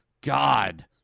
God